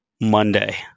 Monday